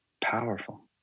powerful